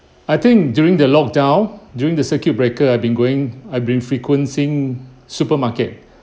I think during the lock down during the circuit breaker I've been going I been frequencing supermarket